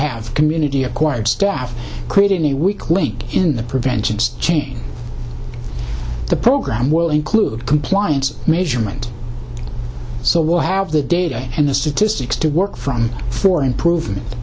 have community acquired staff created a weak link in the preventions change the program will include compliance measurement so we'll have the data and the statistics to work from for improvement